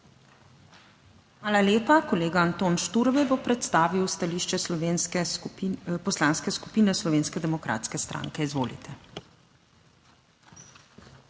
Hvala lepa. Kolega Anton Šturbej bo predstavil stališče Slovenske poslanske skupine Slovenske demokratske stranke. Izvolite. ANTON